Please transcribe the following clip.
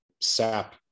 sap